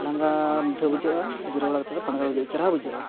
ᱞᱟᱸᱜᱟ ᱢᱤᱫ ᱫᱷᱟᱣ ᱵᱩᱡᱷᱟᱹᱜᱼᱟ ᱡᱤᱨᱟᱹᱣ ᱵᱟᱲᱟ ᱠᱟᱛᱮ ᱵᱩᱡᱷᱟᱹᱜᱼᱟ ᱪᱮᱨᱦᱟ ᱵᱩᱡᱷᱟᱹᱜᱼᱟ